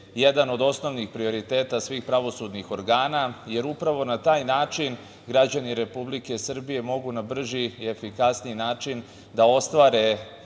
jedan od osnovnih prioriteta svih pravosudnih organa, jer upravo na taj način građani Republike Srbije mogu na brži i efikasniji način da ostvare